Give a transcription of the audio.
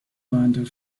wander